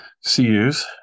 CUs